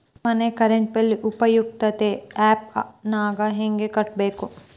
ಮನೆ current bill ಉಪಯುಕ್ತತೆ app ನಾಗ ಹೆಂಗ ಕಟ್ಟಬೇಕು?